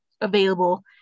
available